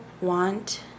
want